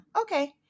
Okay